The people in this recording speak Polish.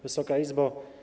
Wysoka Izbo!